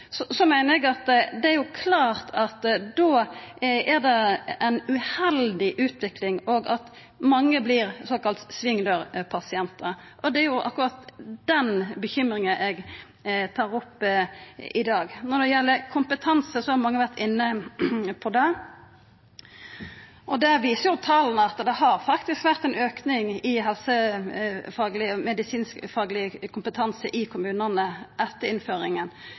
meiner eg at det er klart at det er ei uheldig utvikling, og at mange vert såkalla svingdørpasientar. Det er akkurat den bekymringa eg tar opp i dag. Når det gjeld kompetanse, har mange vore inne på det, og der viser tala at det har faktisk vore ein auke i helsefagleg og medisinskfagleg kompetanse i kommunane etter innføringa.